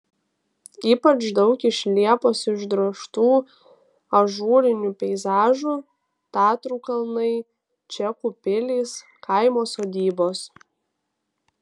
ypač daug iš liepos išdrožtų ažūrinių peizažų tatrų kalnai čekų pilys kaimo sodybos